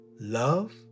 Love